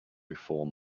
before